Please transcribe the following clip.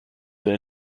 than